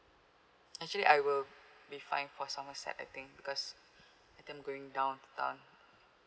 actually I will be fine for somerset I think because I think I'm going down to town